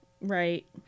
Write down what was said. Right